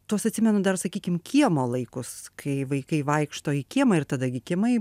tuos atsimenu dar sakykim kiemo laikus kai vaikai vaikšto į kiemą ir tada gi kiemai